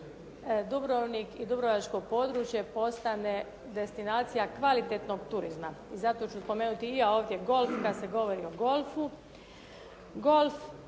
Dubrovnik i dubrovačko područje postane destinacija kvalitetnog turizma. Zato ću spomenuti i ja ovdje golf kada se govori o golfu. Golf,